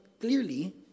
clearly